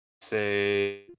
say